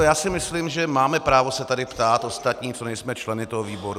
Já si myslím, že máme právo se tady ptát, ostatní, co nejsme členy toho výboru.